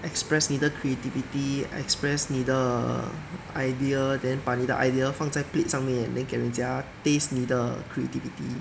express 你的 creativity express 你的 err idea then 把你的 idea 放在 plate 上面 then 给人家 taste 你的 creativity